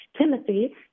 Timothy